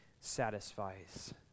satisfies